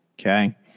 okay